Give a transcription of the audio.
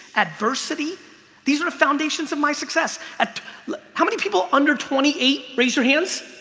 adversity these are the foundations of my success at how many people under twenty eight raise your hands?